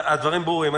הדברים ברורים.